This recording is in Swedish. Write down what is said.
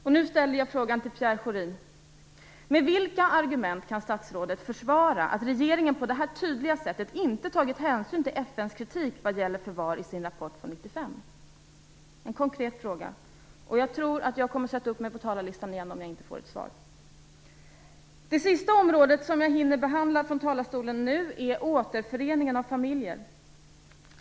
Och nu ställer jag frågan till Pierre Schori: Med vilka argument kan statsrådet försvara att regeringen på detta tydliga sätt inte har tagit hänsyn till FN:s kritik vad gäller förvar i sin rapport från 1995? Det är en konkret fråga. Jag kommer att sätta upp mig på talarlistan igen om jag inte får ett svar. Det sista området som jag hinner behandla från talarstolen nu är återföreningen av familjer.